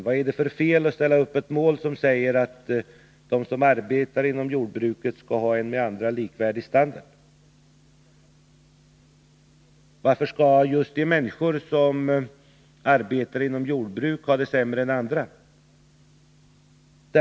Vad är det för fel att ställa upp målet att de som arbetar inom jordbruket skall ha en med andra grupper likvärdig standard? Varför skall just de människor som arbetar inom jordbruket ha det sämre än andra?